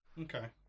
okay